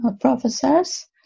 professors